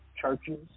churches